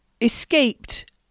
escaped